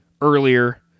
earlier